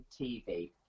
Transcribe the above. TV